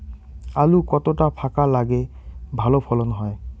আলু কতটা ফাঁকা লাগে ভালো ফলন হয়?